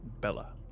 Bella